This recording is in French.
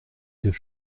deux